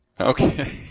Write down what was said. Okay